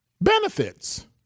benefits